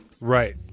Right